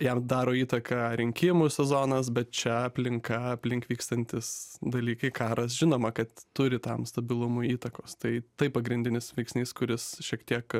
jam daro įtaką rinkimų sezonas bet čia aplinka aplink vykstantys dalykai karas žinoma kad turi tam stabilumui įtakos tai tai pagrindinis veiksnys kuris šiek tiek